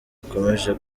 akomeje